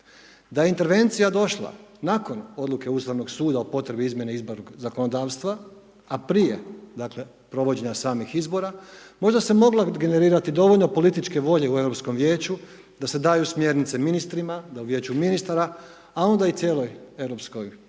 Da je intervencija došla nakon odluke Ustavnog suda o potrebi izmjene izbornog zakonodavstva, a prije dakle provođenja samih izbora možda se moglo generirati dovoljno političke volje u Europskom vijeću da se daju smjernice ministrima da u Vijeću ministara, a onda i cijeloj europskoj,